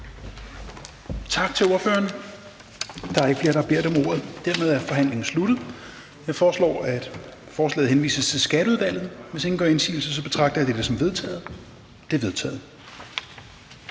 korte bemærkninger. Da der ikke er flere, som har bedt om ordet, er forhandlingen sluttet. Jeg foreslår, at forslaget henvises til Skatteudvalget. Hvis ingen gør indsigelse, betragter jeg det som vedtaget. Det er vedtaget.